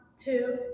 two